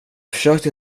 försökte